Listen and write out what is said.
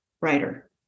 writer